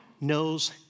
knows